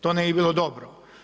To ne bi bilo dobro.